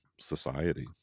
society